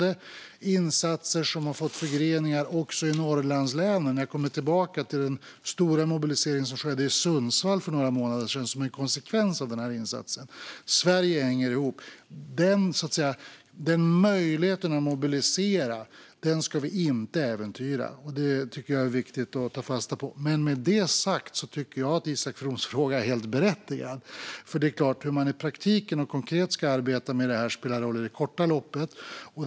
Det är en insats som har fått förgreningar också i Norrlandslänen. Jag kommer tillbaka till den stora mobilisering som skedde i Sundsvall för några månader sedan, som en konsekvens av denna insats. Sverige hänger ihop. Möjligheten att mobilisera ska vi inte äventyra. Det tycker jag är viktigt att ta fasta på. Men med det sagt tycker jag att Isak Froms fråga är berättigad. Hur man i praktiken och konkret ska arbeta med detta spelar ju roll i det korta loppet.